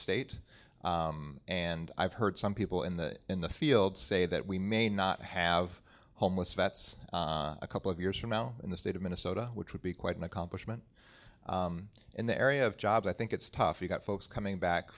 state and i've heard some people in the in the field say that we may not have homeless vets a couple of years from now in the state of minnesota which would be quite an accomplishment in the area of jobs i think it's tough you got folks coming back